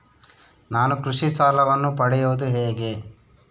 ನಾನು ಕೃಷಿ ಸಾಲವನ್ನು ಪಡೆಯೋದು ಹೇಗೆ?